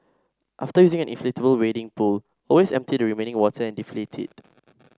after using an inflatable wading pool always empty the remaining water and deflate it